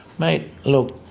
mate look,